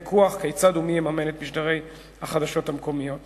אני מתכבד להציג בפניכם את הצעת חוק התקשורת